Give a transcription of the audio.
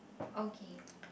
okay